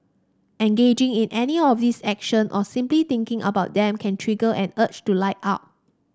engaging in any of these action or simply thinking about them can trigger an urge to light up